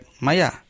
maya